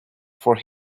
for